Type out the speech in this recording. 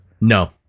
No